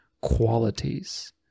qualities